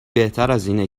بهترازاینه